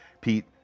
pete